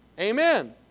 Amen